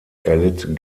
erlitt